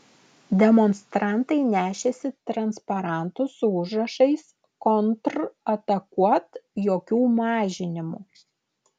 demonstrantai nešėsi transparantus su užrašais kontratakuot jokių mažinimų